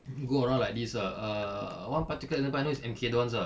go around like this ah err one particular example I know is M_K dons ah